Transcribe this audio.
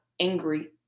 angry